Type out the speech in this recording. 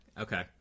okay